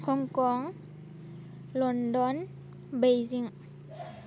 Hong Kong London Beijing